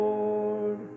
Lord